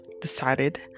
decided